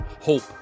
Hope